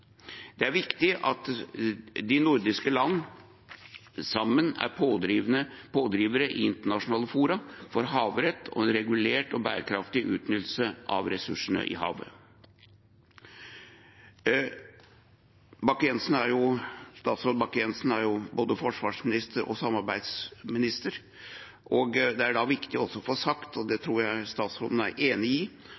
Det er viktig at de nordiske land sammen er pådrivere i internasjonale fora for havrett og en regulert og bærekraftig utnyttelse av ressursene i havet. Statsråd Bakke-Jensen er jo både forsvarsminister og samarbeidsminister, og det er viktig også å få sagt – og det